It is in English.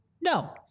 no